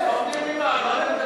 אתה כנראה מנותק.